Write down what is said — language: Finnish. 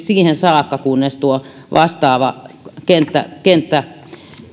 siihen saakka kunnes tuo vastaava kenttä kenttä